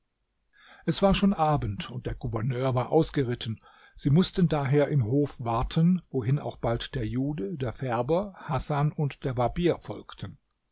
es war schon abend und der gouverneur war ausgeritten sie mußten daher im hof warten wohin auch bald der jude der färber hasan und der barbier folgten